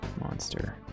monster